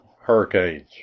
hurricanes